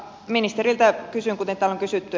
ministeriltä kysyn kuten täällä on kysytty